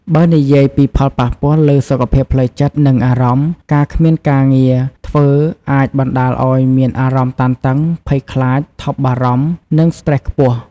បើនិយាយពីផលប៉ះពាល់លើសុខភាពផ្លូវចិត្ត និងអារម្មណ៍ ការគ្មានការងារធ្វើអាចបណ្ដាលឱ្យមានអារម្មណ៍តានតឹង ភ័យខ្លាច ថប់បារម្ភ និងស្ត្រេសខ្ពស់។